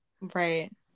Right